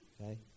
okay